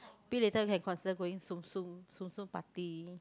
think later you can consider going Tsum Tsum Tsum Tsum party